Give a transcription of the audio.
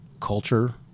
culture